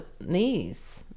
knees